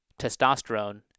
Testosterone